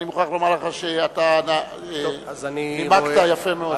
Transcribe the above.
אני מוכרח לומר לך שאתה נימקת יפה מאוד.